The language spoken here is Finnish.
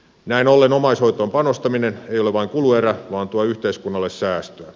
näin ollen omaishoitoon panostaminen ei ole vain kuluerä vaan tuo yhteiskunnalle säästöä